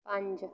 ਪੰਜ